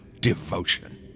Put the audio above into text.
devotion